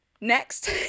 Next